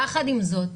יחד עם זאת,